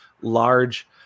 large